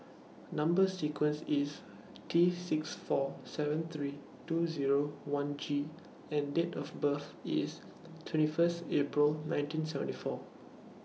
Number sequence IS T six four seven three two Zero one G and Date of birth IS twenty First April nineteen seventy four